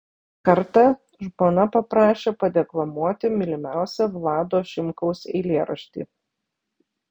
kartą žmona paprašė padeklamuoti mylimiausią vlado šimkaus eilėraštį